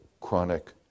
chronic